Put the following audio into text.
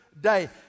day